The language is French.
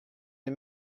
les